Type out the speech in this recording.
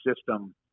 system